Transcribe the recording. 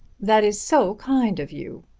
that is so kind of you.